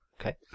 Okay